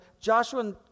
Joshua